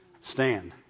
Stand